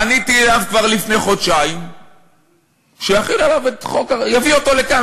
פניתי אליו כבר לפני חודשיים שיביא אותו לכאן,